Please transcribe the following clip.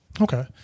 Okay